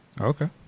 Okay